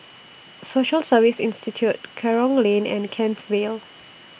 Social Service Institute Kerong Lane and Kent Vale